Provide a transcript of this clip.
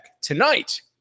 Tonight